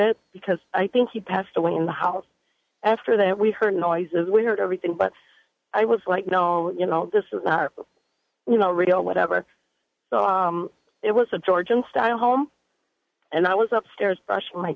that because i think he passed away in the house after that we heard noises we heard everything but i was like no you know this is not you know real whatever it was a georgian style home and i was upstairs brush my